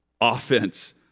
offense